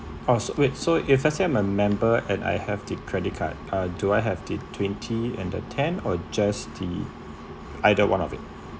oh so wait so if let's say I'm a member and I have the credit card uh do I have the twenty and a ten or just the either one of it